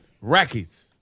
records